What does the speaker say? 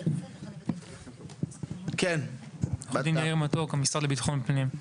אני מהמשרד לביטחון פנים.